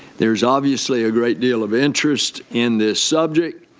there's obviously a great deal of interest in this subject.